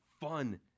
fun